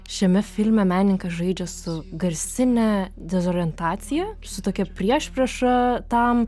šiame filme menininkas žaidžia su garsine dezorientacija su tokia priešprieša tam